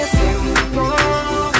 simple